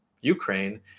Ukraine